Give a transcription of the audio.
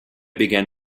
began